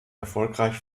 erfolgreich